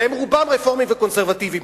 והם רובם רפורמים וקונסרבטיבים,